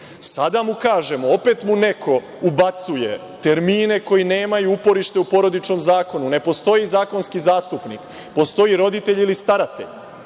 mu kažemo, opet mu neko ubacuje termine koji nemaju uporište u Porodičnom zakonu. Ne postoji zakonski zastupnik, postoji roditelj ili staratelj.